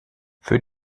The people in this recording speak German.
für